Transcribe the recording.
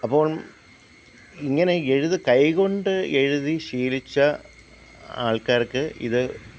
അപ്പോണ് ഇങ്ങനെ എഴുതി കൈകൊണ്ട് എഴുതി ശീലിച്ച ആള്ക്കാര്ക്ക് ഇത്